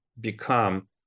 become